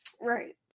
Right